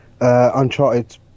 Uncharted